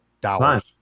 dollars